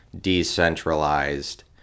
decentralized